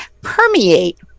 permeate